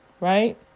right